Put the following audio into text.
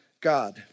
God